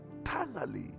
eternally